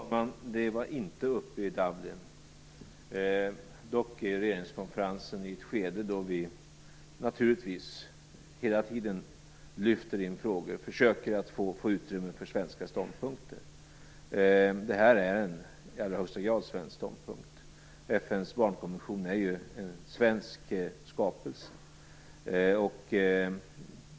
Fru talman! De var inte uppe i Dublin. Dock är regeringskonferensen i ett skede då vi naturligtvis hela tiden lyfter in frågor och försöker få utrymme för svenska ståndpunkter. Det här är i allra högsta grad en svensk ståndpunkt; FN:s barnkonvention är ju en svensk skapelse.